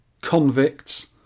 convicts